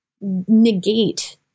negate